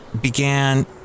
began